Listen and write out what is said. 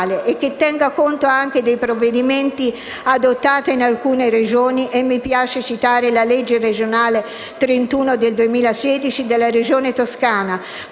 e che tenga conto anche dei provvedimenti adottati in alcune Regioni. A tale proposito mi piace citare la legge regionale n. 31 del 2016 della Regione Toscana,